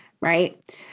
right